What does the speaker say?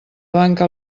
banca